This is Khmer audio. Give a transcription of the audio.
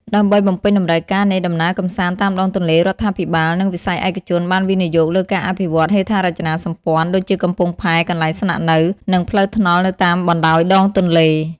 ដើម្បីបំពេញតម្រូវការនៃដំណើរកម្សាន្តតាមដងទន្លេ រដ្ឋាភិបាល និងវិស័យឯកជនបានវិនិយោគលើការអភិវឌ្ឍហេដ្ឋារចនាសម្ព័ន្ធ ដូចជាកំពង់ផែ កន្លែងស្នាក់នៅ និងផ្លូវថ្នល់នៅតាមបណ្តោយដងទន្លេ។